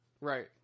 Right